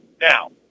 Now